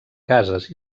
cases